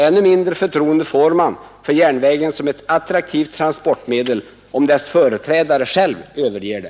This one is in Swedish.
Ännu mindre förtroende får man för järnvägen som ett attraktivt transportmedel, om dess företrädare själv överger det.